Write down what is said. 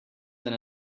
than